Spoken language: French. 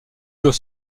doit